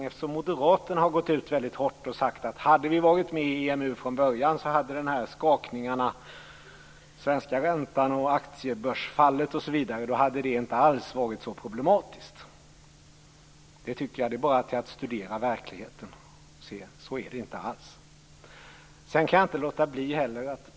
Eftersom Moderaterna har gått ut väldigt hårt och sagt att om vi hade varit med i EMU från början hade skakningarna, den svenska räntan och aktiebörsfallet osv., inte alls varit så problematiska. Det är bara att studera verkligheten för att se att det inte alls är så.